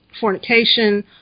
fornication